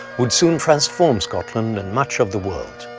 would soon transform scotland and much of the world.